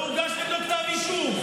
לא הוגש נגדו כתב אישום,